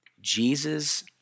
Jesus